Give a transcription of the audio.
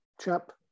chap